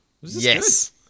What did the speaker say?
Yes